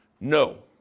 No